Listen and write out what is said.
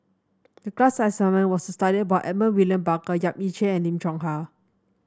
the class assignment was to study about Edmund William Barker Yap Ee Chian and Lim Chong Yah